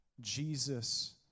Jesus